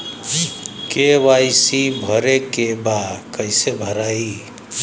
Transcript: KYC भरे के बा कइसे भराई?